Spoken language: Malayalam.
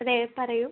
അതെ പറയൂ